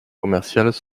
commerciales